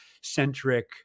centric